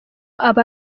aba